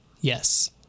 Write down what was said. yes